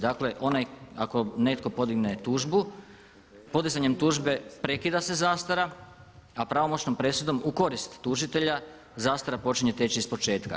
Dakle, onaj ako netko podigne tužbu, podizanjem tužbe prekida se zastara, a pravomoćnom presudom u korist tužitelja zastara počinje teći ispočetka.